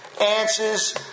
answers